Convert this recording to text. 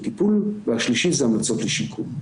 זה מודל שהצענו למשרד הביטחון.